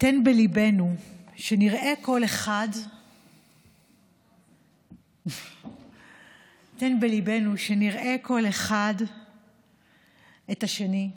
תן בליבנו שנראה כל אחד את השני,